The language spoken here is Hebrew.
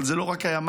אבל זה לא רק הימ"מ.